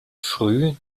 früh